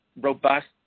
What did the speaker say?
robust